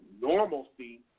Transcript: normalcy